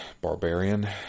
Barbarian